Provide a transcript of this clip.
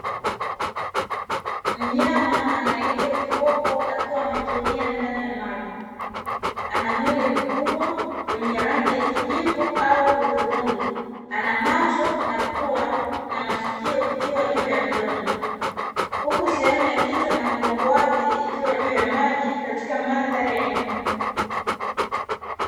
Mnyama anayeitwa kiboko akiwa ametulia ndani ya maji, ana mwili mkubwa wenye rangi ya kijivu au hudhurungi ana macho na pua na maskio vikiwa juu ya mdomo, huku sehemu ya kichwa na mgongo vikiwa juu ya maji katika mandhari ya nyuma.